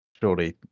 surely